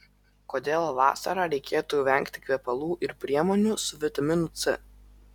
kodėl vasarą reikėtų vengti kvepalų ir priemonių su vitaminu c